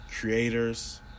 creators